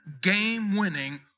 game-winning